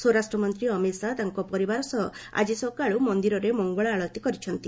ସ୍ୱରାଷ୍ଟ୍ରମନ୍ତ୍ରୀ ଅମିତ ଶାହା ତାଙ୍କ ପରିବାର ସହ ଆଜି ସକାଳୁ ମନ୍ଦିରରେ ମଙ୍ଗଳଆଳତୀ କରିଛନ୍ତି